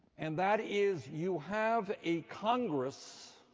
and that is you have a congress